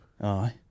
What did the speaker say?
aye